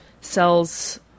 sells